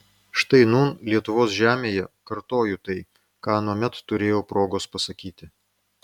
štai nūn lietuvos žemėje kartoju tai ką anuomet turėjau progos pasakyti